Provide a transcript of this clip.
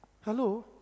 hello